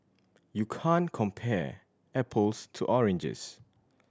you can't compare apples to oranges